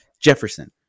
Jefferson